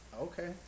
Okay